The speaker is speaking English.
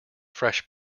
fresh